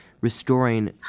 restoring